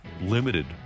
limited